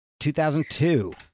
2002